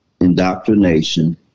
indoctrination